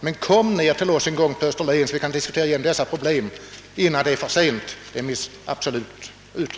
Men kom ned till oss på Österlen en gång, så att vi får diskutera dessa problem innan det är för sent!